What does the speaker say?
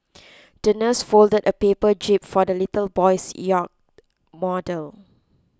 the nurse folded a paper jib for the little boy's yacht model